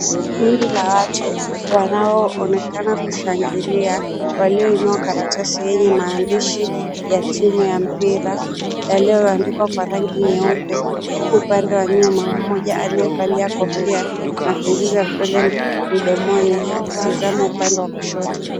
Kundi la watu wanaoonekana kushangilia walioinuwa karatasi yenye maandishi ya timu ya mpira walioandikwa kwa rangi nyeupe huku upande wa nyuma, mmoja aliyevalia kofia na kuingiza vidole mdomoni akitizama upande wa kushoto.